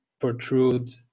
protrude